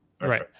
Right